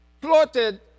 plotted